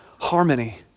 harmony